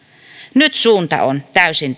nyt suunta on täysin